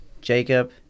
Jacob